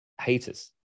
haters